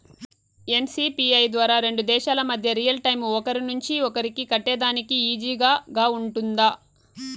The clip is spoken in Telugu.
ఎన్.సి.పి.ఐ ద్వారా రెండు దేశాల మధ్య రియల్ టైము ఒకరి నుంచి ఒకరికి కట్టేదానికి ఈజీగా గా ఉంటుందా?